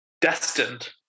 destined